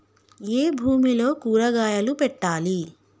ఏ భూమిలో కూరగాయలు పెట్టాలి?